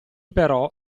però